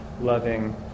loving